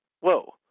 whoa